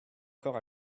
corps